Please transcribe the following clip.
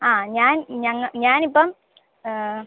ആ ഞാൻ ഞങ്ങൾ ഞാൻ ഇപ്പോൾ